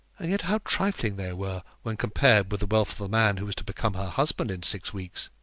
and yet how trifling they were when compared with the wealth of the man who was to become her husband in six weeks!